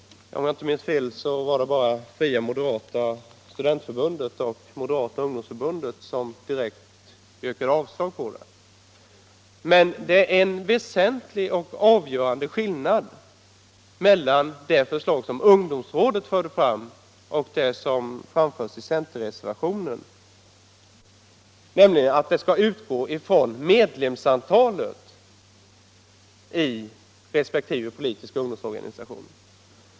Om jag inte minns fel var det bara Fria moderata studentförbundet och Moderata ungdomsförbundet som direkt yrkat avslag på detta förslag. Men det är en väsentlig och avgörande skillnad mellan det förslag som ungdomsrådet förde fram och det som framförs i centerreservationen. I denna reservation föreslås nämligen att man vid fördelning av stödet skall utgå från medlemsantalet i resp. politiska ungdomsorganisationer.